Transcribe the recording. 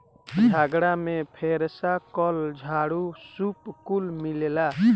झगड़ा में फेरसा, कल, झाड़ू, सूप कुल मिलेला